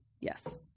Yes